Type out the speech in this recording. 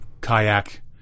kayak